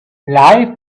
life